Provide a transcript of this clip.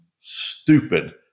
stupid